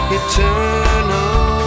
eternal